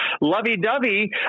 lovey-dovey